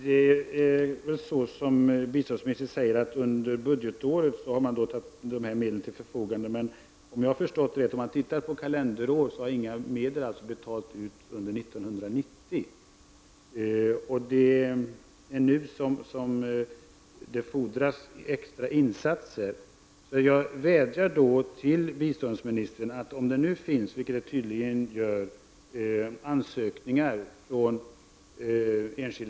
Herr talman! Det är väl så som biståndsministern säger, att man under budgetåret har ställt dessa medel till förfogande. Om jag har förstått saken rätt har inga medel betalats ut under kalenderåret 1990, och det fordras nu extra insatser. Det finns tydligen nu ansökningar från enskilda organisationer, t.ex.